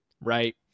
right